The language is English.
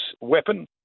weapon